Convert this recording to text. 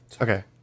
Okay